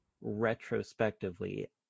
retrospectively